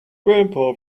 grandpa